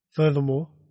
Furthermore